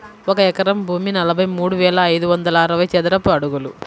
ఒక ఎకరం భూమి నలభై మూడు వేల ఐదు వందల అరవై చదరపు అడుగులు